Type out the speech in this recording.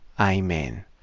Amen